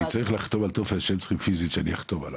אני צריך לחתום על טופס שהם צריכים פיזית שאני אחתום עליו.